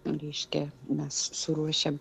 reiškia mes suruošiam